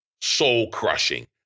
soul-crushing